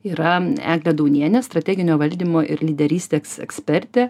yra eglė daunienė strateginio valdymo ir lyderystės ekspertė